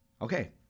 Okay